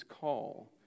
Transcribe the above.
call